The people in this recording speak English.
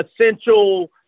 essential